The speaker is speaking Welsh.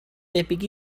debyg